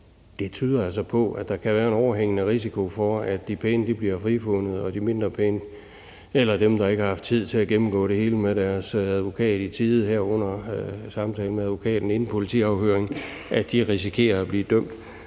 ud, tyder altså på, at der kan være en overhængende risiko for, at de pæne bliver frifundet, og at de mindre pæne eller dem, der ikke har haft tid til at gennemgå det hele med deres advokat i tide, herunder haft samtale med advokaten inden politiafhøringen, risikerer at blive dømt.